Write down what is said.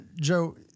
Joe